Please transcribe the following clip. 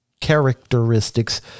characteristics